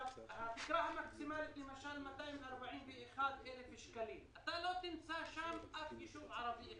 התקר המקסימלית היא 241,000 שקלים ואתה לא תמצא שם אף יישוב ערבי.